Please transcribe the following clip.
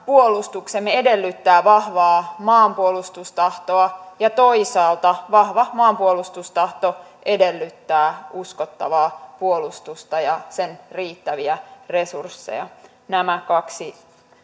puolustuksemme edellyttää vahvaa maanpuolustustahtoa ja toisaalta vahva maanpuolustustahto edellyttää uskottavaa puolustusta ja sen riittäviä resursseja nämä kaksi